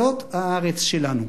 זאת הארץ שלנו.